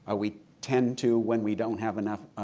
ah we tend to when we don't have enough